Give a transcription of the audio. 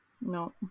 No